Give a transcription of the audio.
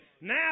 Now